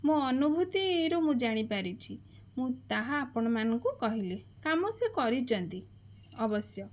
ମୋ ଅନୁଭୂତିରୁ ମୁଁ ଜାଣିପାରିଛି ମୁଁ ତାହା ଆପଣମାନଙ୍କୁ କହିଲି କାମ ସେ କରିଛନ୍ତି ଅବଶ୍ୟ